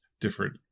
different